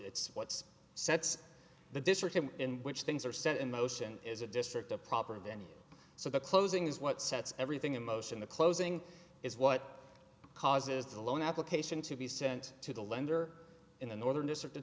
it's what's sets the district in which things are set in motion is a district a proper venue so the closing is what sets everything in motion the closing is what causes the loan application to be sent to the lender in the northern district